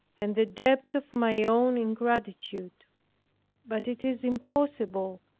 and the depth of my own ingratitude but it is impossible,